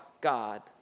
God